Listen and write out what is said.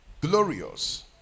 glorious